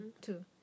two